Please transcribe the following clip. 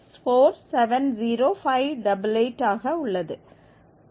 176470588ஆக உள்ளது